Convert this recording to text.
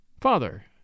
Father